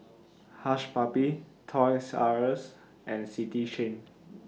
Hush Puppies Toys R US and City Chain